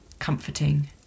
comforting